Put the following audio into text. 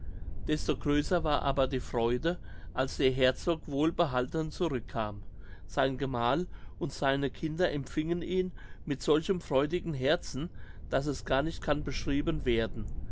desto größer war aber die freude als der herzog wohlbehalten zurückkam sein gemahl und seine kinder empfingen ihn mit solchem freudigen herzen daß es gar nicht kann beschrieben werden